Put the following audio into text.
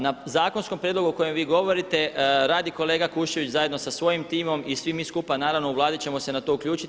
Na zakonskom prijedlogu o kojem vi govorite radi kolega Kuščević zajedno sa svojim timom i svi mi skupa naravno u Vladi ćemo se na to uključiti.